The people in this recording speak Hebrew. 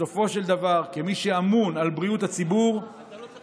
כמי שאמון על בריאות הציבור בסופו של דבר,